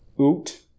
oot